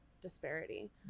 disparity